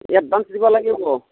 advance দিব লাগিব